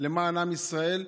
למען עם ישראל,